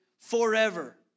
forever